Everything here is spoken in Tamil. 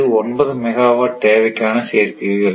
இது 9 மெகாவாட் தேவைக்கான சேர்க்கைகள்